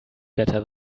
better